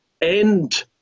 end